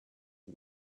who